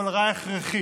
אבל רע הכרחי.